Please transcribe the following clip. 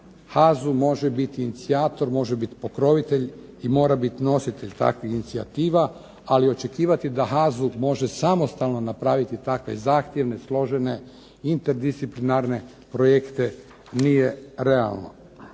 HAZU može biti inicijator, može biti pokrovitelj i može biti nositelj takvih inicijativa. Ali očekivati da HAZU može samostalno napraviti takve zahtjevne, složene, interdisciplinarne projekte nije realno.